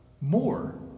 more